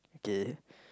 okay